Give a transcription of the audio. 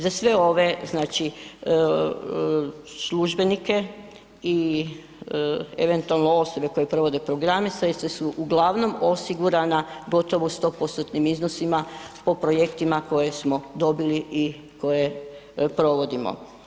Za sve ove znači, službenike i eventualno osobe koje provode programe sredstva su uglavnom osigurana gotovo u 100%-tim iznosima po projektima koje smo dobili i koje provodimo.